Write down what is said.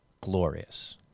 glorious